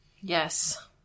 yes